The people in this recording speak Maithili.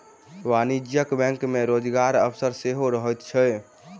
वाणिज्यिक बैंक मे रोजगारक अवसर सेहो रहैत छै